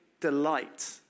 delight